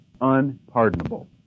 unpardonable